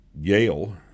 Yale